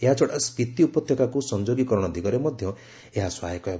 ଏହାଛଡା ସ୍ୱିତି ଉପତ୍ୟକାକୁ ସଂଯୋଗୀକରଣ ଦିଗରେ ମଧ୍ୟ ଏହା ସହାୟକ ହେବ